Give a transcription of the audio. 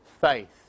faith